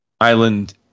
island